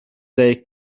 they